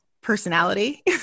personality